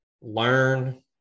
learn